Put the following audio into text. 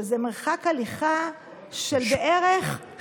שזה מרחק הליכה של בערך שתי דקות,